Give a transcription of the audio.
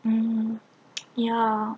mm ya